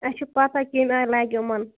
اَسہِ چھِ پتاہ کَمہِ آیہِ لَگہِ یِمَن